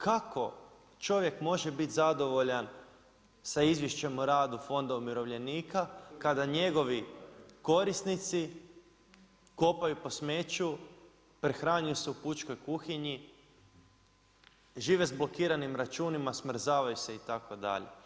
Kako čovjek može biti zadovoljan sa izvješćem o radu Fonda umirovljenika kada njegovi korisnici kopaju po smeću, prehranjuju se u pučkoj kuhinji, žive s blokiranim računima, smrzavaju se itd.